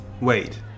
Wait